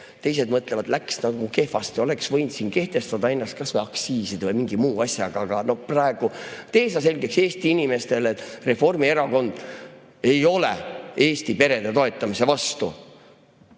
Teised mõtlevad, et läks kehvasti, oleks võinud siin kehtestada ennast kas või aktsiiside või mingi muu asjaga, aga no praegu tee sa selgeks Eesti inimestele, et Reformierakond ei ole Eesti perede toetamise vastu.